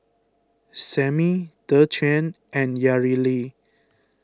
Sammie Dequan and Yareli